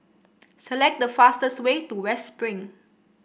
select the fastest way to West Spring